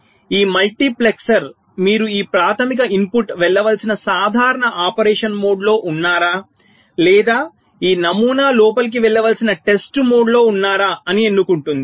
కాబట్టి ఈ మల్టీప్లెక్సర్ మీరు ఈ ప్రాధమిక ఇన్పుట్ వెళ్ళవలసిన సాధారణ ఆపరేషన్ మోడ్లో ఉన్నారా లేదా ఈ నమూనా లోపలికి వెళ్ళవలసిన టెస్ట్ మోడ్లో ఉన్నారా అని ఎన్నుకుంటుంది